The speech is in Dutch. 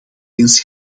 eens